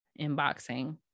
inboxing